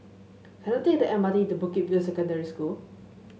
can I take the M R T to Bukit View Secondary School